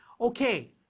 Okay